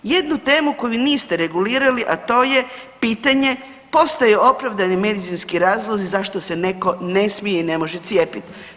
Jednu temu koju niste regulirali, a to je pitanje postoji opravdani medicinski razlozi zašto se netko ne smije i ne može cijepiti.